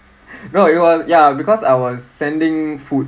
no it was ya because I was sending food